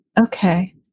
Okay